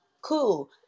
cool